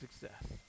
success